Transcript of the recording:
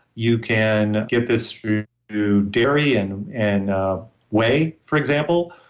you can get this through dairy in and a way, for example,